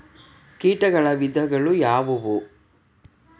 ಕೇಟಗಳ ವಿಧಗಳು ಯಾವುವು?